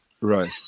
Right